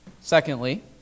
Secondly